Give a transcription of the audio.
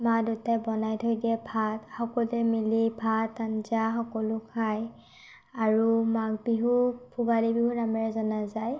মা দেউতাৱে বনাই থৈ দিয়া ভাত সকলোৱে মিলি ভাত আঞ্জা সকলো খায় আৰু মাঘ বিহুক ভোগালী বিহু নমেৰে জনা যায়